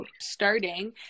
starting